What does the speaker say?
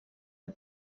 del